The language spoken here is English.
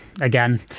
again